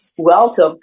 welcome